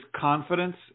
confidence